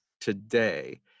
today